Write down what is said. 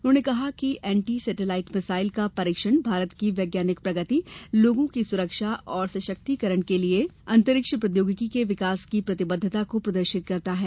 उन्होंने कहा कि एन्टी सेटेलाइट मिसाइल का परीक्षण भारत की वैज्ञानिक प्रगति लोगों की सुरक्षा और सशस्त्रीकरण के लिये अंतरिक्ष प्रौद्योगिकी के विकास की प्रतिबद्वता को प्रदर्शित करता है